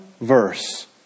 verse